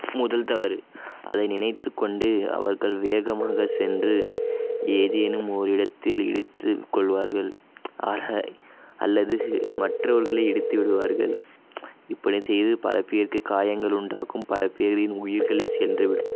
முதல் தவறு அதை நினைத்துக்கொண்டு அவர்கள் வேகமாக சென்று ஏதேனும் ஓர் இடத்தில் இடித்து கொள்வார்கள் ஆக அல்லது மற்றவர்களை இடித்து விடுவார்கள் இப்படி செய்து பல பேருக்கு காயங்கள் உண்டாகும் பல பேரின் உயிர்களே சென்றுவிடும்